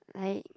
like